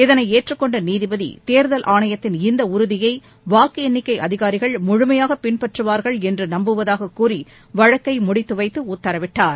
இதனை ஏற்றுக்கொண்ட நீதிபதி தேர்தல் ஆணையத்தின் இந்த உறுதியை வாக்கு எண்ணிக்கை அதிகாரிகள் முழுமையாக பின்பற்றுவார்கள் என்று நம்புவதாகக் கூறி வழக்கை முடித்து வைத்து உத்தரவிட்டார்